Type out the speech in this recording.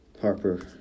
Harper